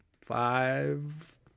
five